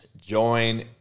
Join